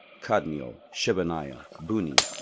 kadmiel, shebaniah, bunni,